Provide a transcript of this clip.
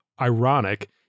ironic